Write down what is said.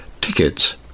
tickets